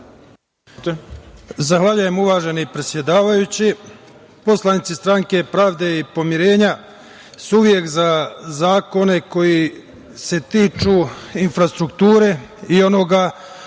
Zahvaljujem uvaženi predsedavajući. Poslanici stranke Pravde i pomirenja su uvek za zakone koji se tiču infrastrukture i onoga